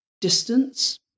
distance